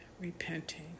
repenting